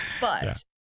but-